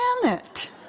planet